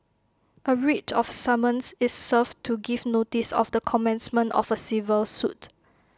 A writ of summons is served to give notice of the commencement of A civil suit